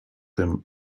tym